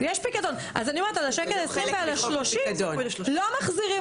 אז אני אומרת על ה-1.20 שקלים ועל ה-30 אגורות לא מחזירים.